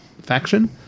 faction